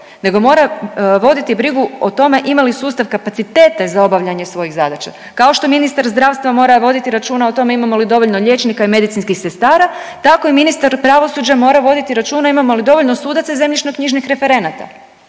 nego mora voditi brigu o tome ima li sustav kapacitete za obavljanje svojih zadaća kao što ministar zdravstva mora voditi računa o tome imamo li dovoljno liječnika i medicinskih sestara, tako i ministar pravosuđa mora voditi računa imamo li dovoljno sudaca i zemljišno-knjižnih referenata.